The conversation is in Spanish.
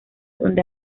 donde